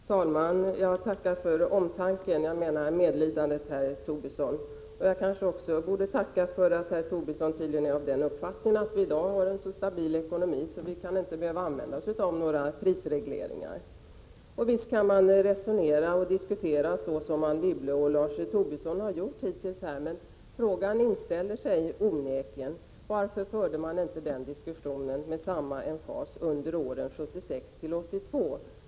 Herr talman! Jag tackar för omtanken — jag menar medlidandet, herr Tobisson. Jag kanske också borde tacka för att herr Tobisson tydligen är av den uppfattningen att vi i dag har en så stabil ekonomi att vi inte skall behöva använda oss av några prisregleringar. Visst kan man resonera så som Anne Wibble och Lars Tobisson har gjort hittills; men frågan inställer sig onekligen: Varför förde man inte den diskussionen med samma emfas under åren 1976-1982?